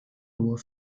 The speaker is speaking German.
nur